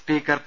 speaker P